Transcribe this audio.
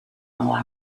while